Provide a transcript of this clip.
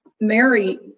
Mary